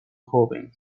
joven